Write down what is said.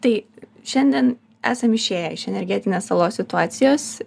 tai šiandien esam išėję iš energetinės salos situacijos